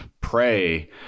pray